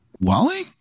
Wally